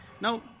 Now